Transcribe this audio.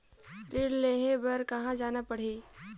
ऋण लेहे बार कहा जाना पड़ही?